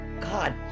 God